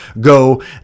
go